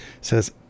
says